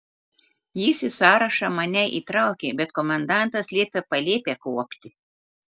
jis į sąrašą mane įtraukė bet komendantas liepė palėpę kuopti